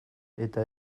eta